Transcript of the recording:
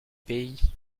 pays